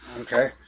Okay